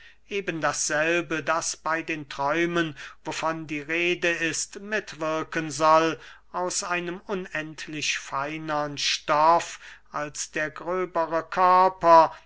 eben dasselbe das bey den träumen wovon die rede ist mitwirken soll aus einem unendlich feinern stoff als der gröbere körper